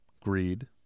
greed